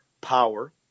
power